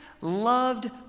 loved